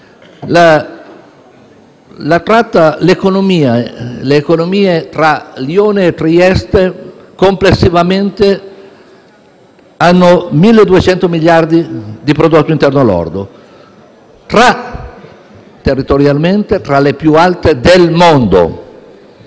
Le economie tra Lione e Trieste, complessivamente, creano 1.200 miliardi di prodotto interno lordo: territorialmente, sono tra le più alte del mondo.